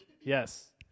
Yes